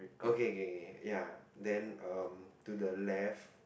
okay k k ya then um to the left